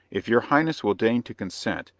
if your highness will deign to consent,